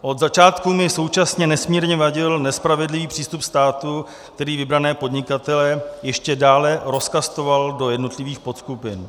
Od začátku mi současně nesmírně vadil nespravedlivý přístup státu, který vybrané podnikatele ještě dále rozkastoval do jednotlivých podskupin.